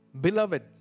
Beloved